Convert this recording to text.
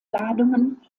ladungen